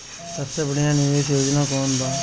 सबसे बढ़िया निवेश योजना कौन बा?